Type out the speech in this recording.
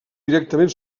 directament